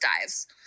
dives